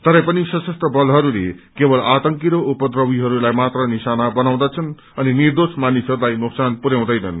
तरपनि सशस्त्र बलहरूले केवल आतंकी र उपद्रवीहरूलाई मात्र निशाना बनाउँदछन् अनि निर्दोष मानिसहरूलाई नोक्सान पुर्याउँदैनन्